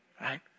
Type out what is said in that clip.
right